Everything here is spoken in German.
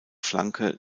flanke